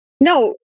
No